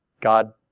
God